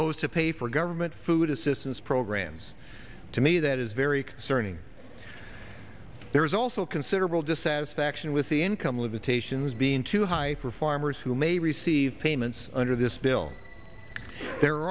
goes to pay for government food assistance programs to me that is very concerning there is also considerable dissatisfaction with the income limitations being too high for farmers who may receive payments under this bill the